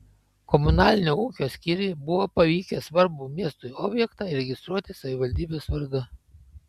komunalinio ūkio skyriui buvo pavykę svarbų miestui objektą įregistruoti savivaldybės vardu